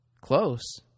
close